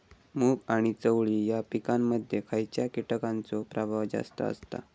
मूग आणि चवळी या पिकांमध्ये खैयच्या कीटकांचो प्रभाव जास्त असता?